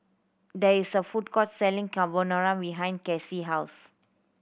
there is a food court selling Carbonara behind Cassie house